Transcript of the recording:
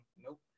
nope